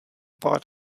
pár